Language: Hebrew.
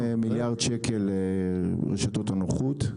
כארבע מיליארד שקל רשתות הנוחות,